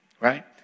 right